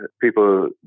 people